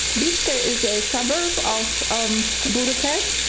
betchka is a suburb of um and budapest,